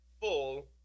full